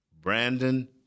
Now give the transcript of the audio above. Brandon